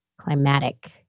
climatic